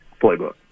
playbook